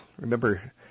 remember